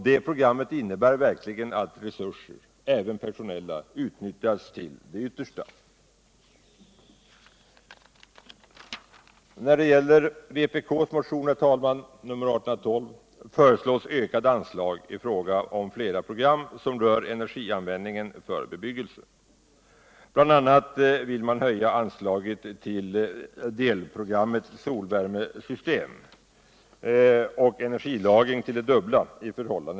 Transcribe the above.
Det programmet innebär verkligen att resurserna — även de personella - kommer att utnyttjas till det yttersta.